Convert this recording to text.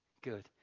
good